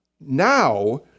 Now